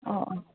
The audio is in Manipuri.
ꯑꯣ ꯑꯣ